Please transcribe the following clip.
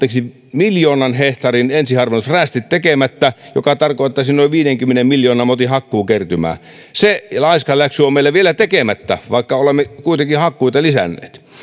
miljoonan hehtaarin ensiharvennusrästit tekemättä mikä tarkoittaisi noin viidenkymmenen miljoonan motin hakkuukertymää se laiskanläksy on meillä vielä tekemättä vaikka olemme kuitenkin hakkuita lisänneet